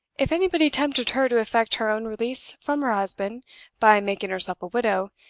if anybody tempted her to effect her own release from her husband by making herself a widow,